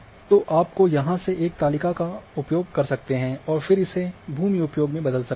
तो आप यहां से एक तालिका का उपयोग कर सकते हैं और फिर इसे भूमि उपयोग में बदल सकते हैं